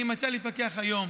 אני מציע להתפכח היום.